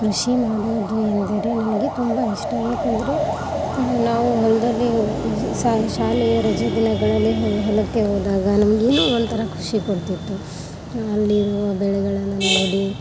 ಕೃಷಿ ಮಾಡುವುದು ಎಂದರೆ ನನಗೆ ತುಂಬ ಇಷ್ಟ ಯಾಕಂದರೆ ನಾವು ಹೊಲದಲ್ಲಿ ಶಾಲೆಯ ರಜೆ ದಿನಗಳಲ್ಲಿ ಹೊಲಕ್ಕೆ ಹೋದಾಗ ನಮಗೇನೊ ಒಂಥರ ಖುಷಿ ಕೊಡ್ತಿತ್ತು ಅಲ್ಲಿರುವ ಬೆಳೆಗಳನ್ನು ನೋಡಿ